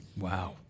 Wow